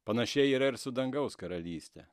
panašiai yra ir su dangaus karalyste